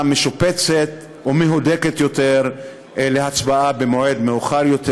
משופצת ומהודקת יותר להצבעה במועד מאוחר יותר.